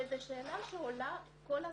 וזו שאלה שעולה כל הזמן,